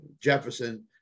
Jefferson